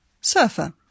surfer